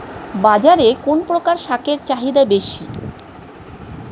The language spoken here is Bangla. বাজারে কোন প্রকার শাকের চাহিদা বেশী?